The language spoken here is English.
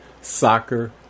Soccer